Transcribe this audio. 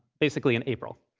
basically in april.